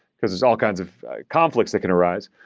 because there's all kinds of conflicts that can arise,